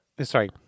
Sorry